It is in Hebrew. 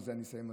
ובזה אני אסיים,